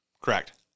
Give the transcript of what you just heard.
Correct